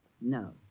No